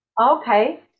Okay